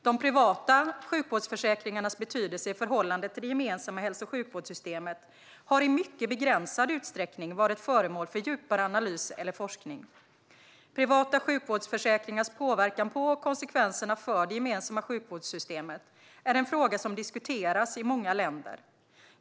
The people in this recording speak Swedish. De privata sjukvårdsförsäkringarnas betydelse i förhållande till det gemensamma hälso och sjukvårdssystemet har i mycket begränsad utsträckning varit föremål för djupare analys eller forskning. Privata sjukvårdsförsäkringars påverkan på och konsekvenser för det gemensamma sjukvårdssystemet är en fråga som diskuteras i många länder.